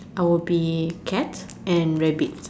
I will be cat and rabbit